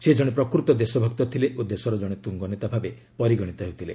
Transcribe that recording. ସେ ଜଣେ ପ୍ରକୃତ ଦେଶଭକ୍ତ ଥିଲେ ଓ ଦେଶର ଜଣେ ତୁଙ୍ଗ ନେତା ଭାବେ ପରିଗଣିତ ହେଉଥିଲେ